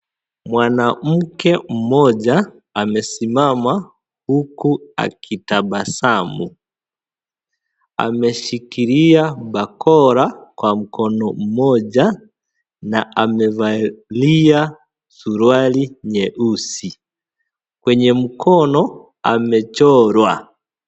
Mwanamke mmoja amesimama huku akitabasamu. Ameshikilia bakora kwa mkono moja na amevalia suruali nyeusi, kwenye mkono amechorwa.